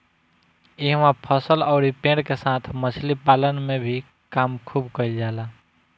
इहवा फसल अउरी पेड़ के साथ मछली पालन के भी काम खुब कईल जाला